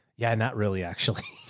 yeah, not really. actually.